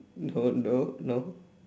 no no no